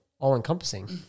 all-encompassing